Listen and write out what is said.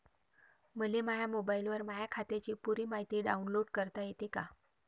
मले माह्या मोबाईलवर माह्या खात्याची पुरी मायती डाऊनलोड करता येते का?